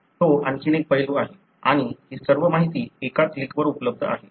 तो आणखी एक पैलू आहे आणि ही सर्व माहिती एका क्लिकवर उपलब्ध आहे